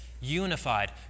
unified